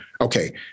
okay